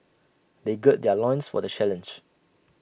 they gird their loins for the challenge